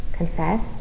Confess